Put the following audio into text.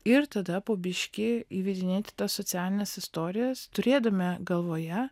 ir tada po biškį įvedinėti tas socialines istorijas turėdami galvoje